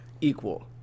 equal